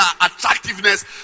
attractiveness